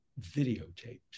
videotaped